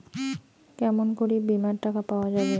কেমন করি বীমার টাকা পাওয়া যাবে?